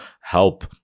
help